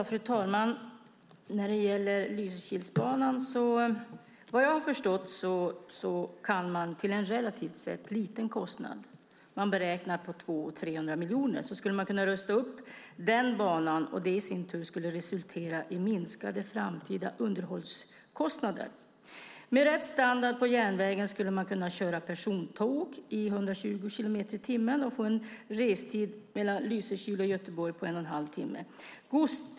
Fru talman! Lysekilsbanan skulle man vad jag har förstått kunna rusta upp till en relativt sett liten kostnad. Man beräknar 200-300 miljoner. Det i sin tur skulle resultera i minskade framtida underhållskostnader. Med rätt standard på järnvägen skulle man kunna köra persontåg i 120 kilometer i timmen och få en restid mellan Lysekil och Göteborg på en och en halv timme.